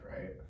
right